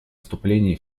вступления